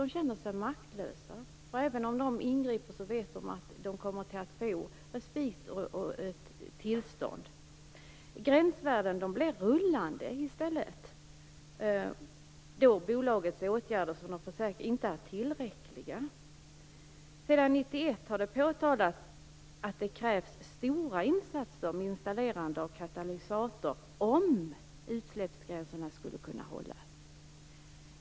Där känner man sig maktlös, för även om man ingriper vet man att bolaget kommer att få respiter och tillstånd. Gränsvärdena blir i stället rullande när de åtgärder som bolaget utlovar inte är tillräckliga. Sedan 1991 har det påtalats att det krävs stora insatser med installerande av katalysator om utsläppsgränserna skall kunna hållas.